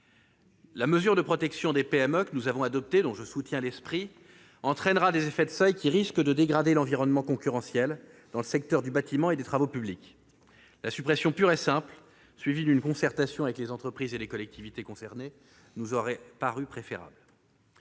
La mesure de protection des PME que nous avons adoptée, dont je soutiens l'esprit, entraînera des effets de seuils qui risquent de dégrader l'environnement concurrentiel dans le secteur du bâtiment et des travaux publics. Une suppression pure et simple, suivie d'une concertation avec les entreprises et les collectivités concernées, nous aurait paru préférable.